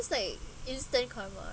like instant karma